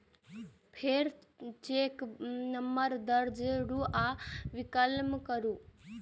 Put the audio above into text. फेर cheque number दर्ज करू आ क्लिक करू